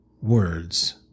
words